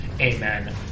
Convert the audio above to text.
amen